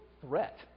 threat